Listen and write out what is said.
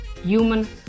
human